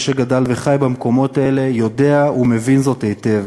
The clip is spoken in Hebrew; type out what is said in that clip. מי שגדל וחי במקומות האלה יודע ומבין זאת היטב,